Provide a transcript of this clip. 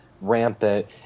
rampant